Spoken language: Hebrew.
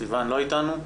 סיון לא איתנו?